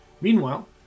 Meanwhile